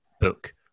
book